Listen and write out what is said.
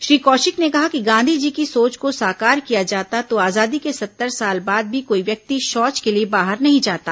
श्री कौशिक ने कहा कि गांधीजी की सोच को साकार किया जाता तो आजादी के सत्तर साल बाद भी कोई व्यक्ति शोच के लिए बाहर नहीं जाता